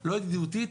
לא ידידותית,